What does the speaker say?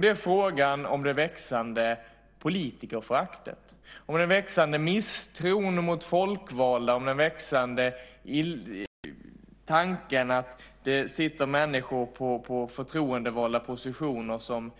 Det är frågan om det växande politikerföraktet, den växande misstron mot folkvalda och tanken att det sitter människor som förtroendevalda på positioner som